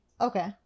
okay